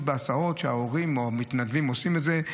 בהסעות" ההורים או המתנדבים עושים את זה.